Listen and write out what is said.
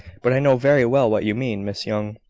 but i know very well what you mean, miss young.